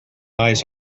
eyes